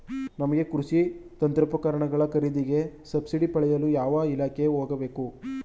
ನಮಗೆ ಕೃಷಿ ಯಂತ್ರೋಪಕರಣಗಳ ಖರೀದಿಗೆ ಸಬ್ಸಿಡಿ ಪಡೆಯಲು ಯಾವ ಇಲಾಖೆಗೆ ಹೋಗಬೇಕು?